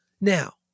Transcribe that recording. Now